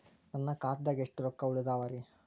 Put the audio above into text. ನನ್ನ ಖಾತಾದಾಗ ಎಷ್ಟ ರೊಕ್ಕ ಉಳದಾವರಿ?